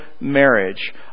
marriage